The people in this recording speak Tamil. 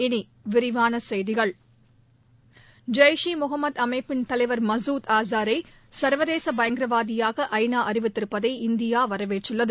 இனி விரிவான செய்திகள் ஜெய்ஷ் ஈ முகமது அமைப்பின் தலைவர் மசூத் ஆசாரை சர்வதேச பயங்கரவாதியாக ஐநா அறிவித்திருப்பதை இந்தியா வரவேற்றுள்ளது